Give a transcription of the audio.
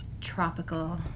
Tropical